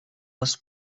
was